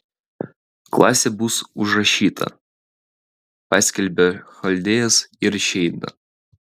klasė bus užrašyta paskelbia chaldėjas ir išeina